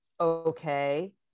Okay